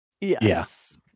Yes